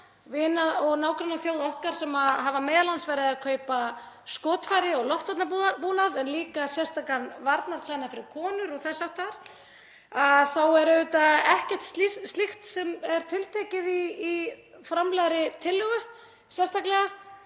vina- og nágrannaþjóða okkar sem hafa m.a. verið að kaupa skotfæri og loftvarnabúnað en líka sérstakan varnarklæðnað fyrir konur og þess háttar, þá er auðvitað ekkert slíkt tiltekið í framlagðri tillögu sérstaklega.